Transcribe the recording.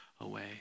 away